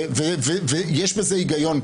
ויש בזה היגיון,